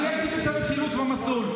אני הייתי בצוות חילוץ במסלול.